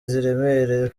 ziremereye